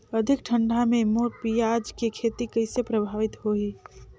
अधिक ठंडा मे मोर पियाज के खेती कइसे प्रभावित होही?